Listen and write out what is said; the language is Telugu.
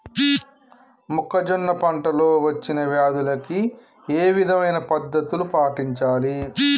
మొక్కజొన్న పంట లో వచ్చిన వ్యాధులకి ఏ విధమైన పద్ధతులు పాటించాలి?